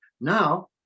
now